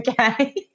okay